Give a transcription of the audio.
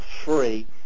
free